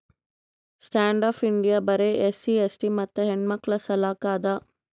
stand up India ಬರೆ SC ST ಮತ್ತ ಹೆಣ್ಣಮಕ್ಕುಳ ಸಲಕ್ ಅದ